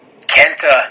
Kenta